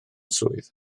swydd